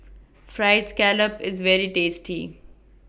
Fried Scallop IS very tasty